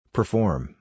Perform